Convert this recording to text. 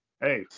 hey